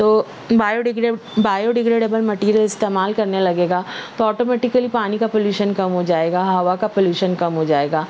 تو bio degrade degradable material استعمال کرنے لگے گا تو آٹومیٹکلی پانی کا پولیشن کم ہو جائے گا ہوا کا پولیشن کم ہوجائے گا